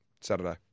Saturday